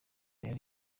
yari